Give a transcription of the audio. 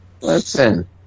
Listen